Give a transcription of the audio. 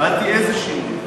שאלתי איזה שינוי.